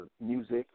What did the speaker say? music